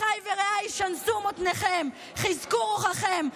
אחיי ורעיי, שנסו מותניכם, חזקו רוחכם.